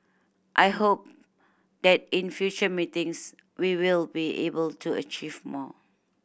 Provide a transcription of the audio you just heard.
I hope that in future meetings we will be able to achieve more